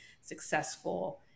successful